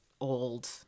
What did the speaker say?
old